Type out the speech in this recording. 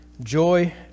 joy